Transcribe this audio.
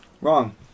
Wrong